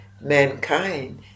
mankind